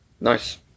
nice